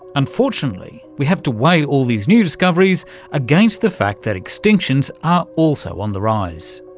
unfortunately we have to weigh all these new discoveries against the fact that extinctions are also on the rise.